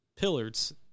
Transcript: Pillars